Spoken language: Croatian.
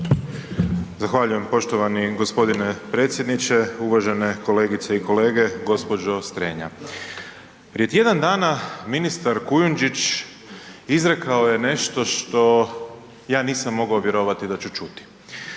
Zahvaljujem poštovani gospodine predsjedniče. Uvažene kolegice i kolege, gospođo Strenja, prije tjedan dana ministar Kujundžić izrekao je nešto što ja nisam mogao vjerovati da ću čuti.